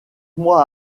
mois